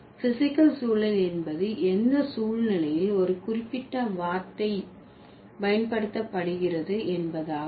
physical சூழல் என்பது எந்த சூழ்நிலையில் ஒரு குறிப்பிட்ட வார்த்தை பயன்படுத்தப்படுகிறது என்பதாகும்